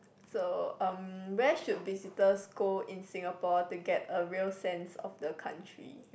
so um where should visitors go in Singapore to get a real sense of the country